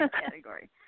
category